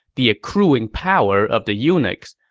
the accruing power of the eunuchs,